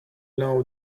know